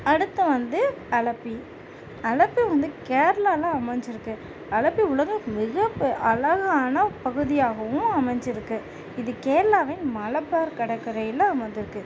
அடுத்து வந்து அலப்பி அலப்பி வந்து கேரளாவில் அமைஞ்சிருக்கு அலப்பி உலக மிகப்பெ அழகான பகுதியாகவும் அமைஞ்சிருக்கு இது கேரளாவின் மலபார் கடற்கரையில் அமைந்திருக்கு